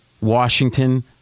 Washington